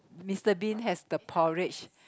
Mister-Bean has the porridge